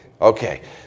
Okay